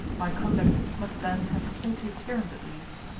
my conduct must then have a faulty appearance at least,